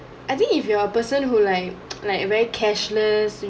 I think if you are a person who like like very cashless